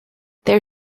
their